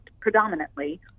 predominantly